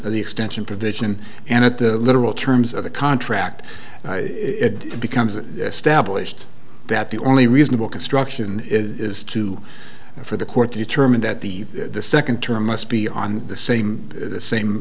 of the extension provision and at the literal terms of the contract it becomes an established that the only reasonable construction is to for the court to determine that the second term must be on the same the same